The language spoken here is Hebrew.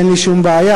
אין לי שום בעיה.